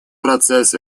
процесс